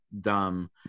dumb